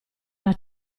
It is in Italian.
era